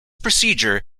procedure